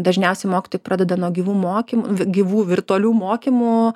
dažniausiai mokytojai pradeda nuo gyvų mokymų gyvų virtualių mokymų